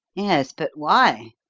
yes, but why?